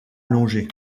allongées